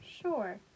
Sure